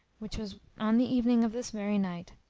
which was on the evening of this very night.